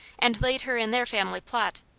and laid her in their family lot,